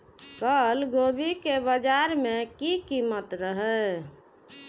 कल गोभी के बाजार में की कीमत रहे?